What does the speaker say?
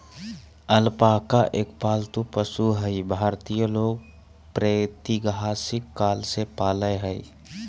alpaca एक पालतू पशु हई भारतीय लोग प्रागेतिहासिक काल से पालय हई